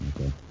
Okay